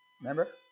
Remember